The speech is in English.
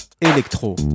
électro